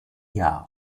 jahr